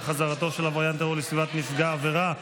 חזרתו של עבריין טרור לסביבת נפגע עבירה,